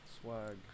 Swag